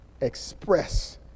express